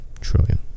trillion